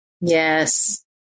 Yes